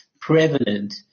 prevalent